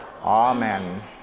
Amen